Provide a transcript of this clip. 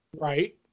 right